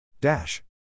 dash